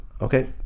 Okay